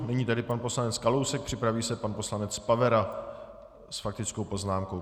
Nyní tedy pan poslanec Kalousek, připraví se pan poslanec Pavera s faktickou poznámkou.